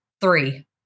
Three